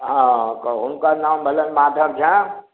हॅं हुनकर नाम भेलनि माधव झा